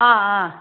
हा ह